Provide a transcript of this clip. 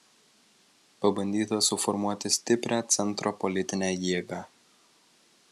pabandyta suformuoti stiprią centro politinę jėgą